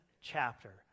chapter